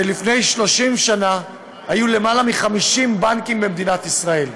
שלפני 30 שנה היו למעלה מ-50 בנקים במדינת ישראל,